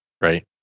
right